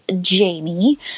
Jamie